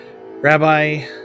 Rabbi